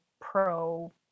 pro